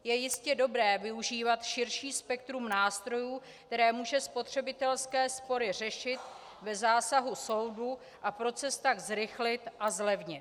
Je jistě dobré využívat širší spektrum nástrojů, které může spotřebitelské spory řešit bez zásahu soudu a proces tak zrychlit a zlevnit.